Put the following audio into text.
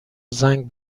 زنگ